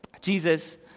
Jesus